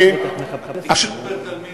התקצוב פר-תלמיד הוא מה?